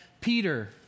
Peter